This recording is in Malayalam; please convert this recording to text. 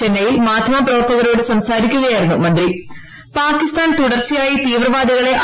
ചെന്നൈയിൽ മാധ്യമപ്ര്വർത്തകരോട് സംസാരിക്കുകയായിരുന്നു പാകിസ്ഥാൻ തുടർച്ചയായി തീവ്രവാദികളെ മന്ത്രി